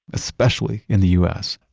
especially in the us.